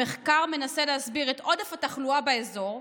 המחקר מנסה להסביר את עודף התחלואה באזור,